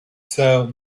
served